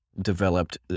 developed